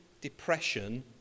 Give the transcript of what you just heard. depression